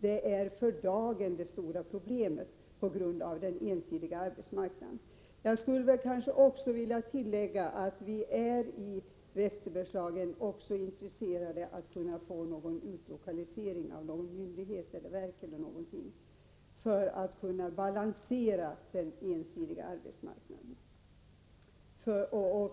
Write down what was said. Det är för dagen det stora problemet på grund av den ensidiga arbetsmarknaden. Jag vill tillägga att vi i Västerbergslagen också är intresserade av att få del avutlokalisering av någon myndighet eller något verk för att kunna balansera den ensidiga arbetsmarknaden och